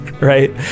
right